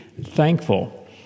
thankful